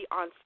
on